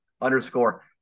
underscore